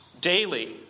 daily